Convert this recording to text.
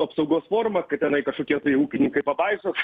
apsaugos forume kad tenai kažkokie ūkininkai pabaisos